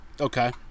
okay